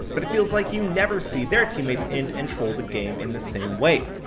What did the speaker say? but it feels like you never see their teammates int and troll the game in the same way.